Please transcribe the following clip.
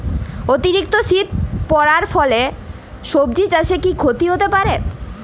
অতিরিক্ত শীত পরার ফলে সবজি চাষে কি ক্ষতি হতে পারে?